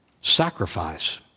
sacrifice